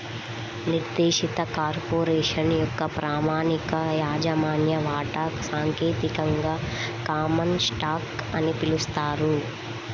నిర్దేశిత కార్పొరేషన్ యొక్క ప్రామాణిక యాజమాన్య వాటా సాంకేతికంగా కామన్ స్టాక్ అని పిలుస్తారు